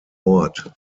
ort